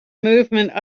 movement